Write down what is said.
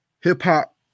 hip-hop